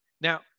Now